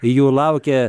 jų laukia